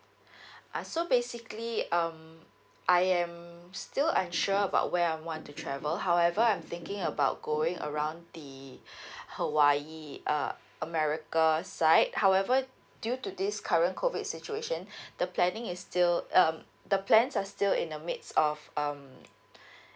uh so basically um I am still unsure about where I want to travel however I'm thinking about going around the hawaii uh america side however due to this current COVID situation the planning is still um the plans are still in the midst of um